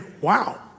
wow